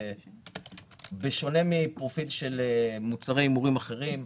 בשונה מפרופיל של מוצרי הימורים אחרים,